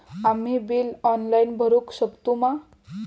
आम्ही bill online भरुक शकतू मा?